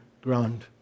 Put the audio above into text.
ground